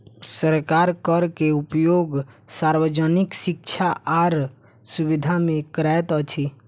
सरकार कर के उपयोग सार्वजनिक शिक्षा आर सुविधा में करैत अछि